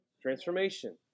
Transformation